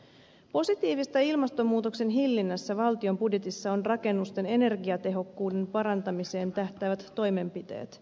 positiivista ilmastonmuutoksen hillinnässä valtion budjetissa on rakennusten energiatehokkuuden parantamiseen tähtäävät toimenpiteet